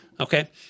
Okay